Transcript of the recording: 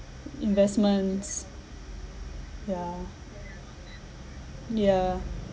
investments yeah yeah